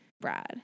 Brad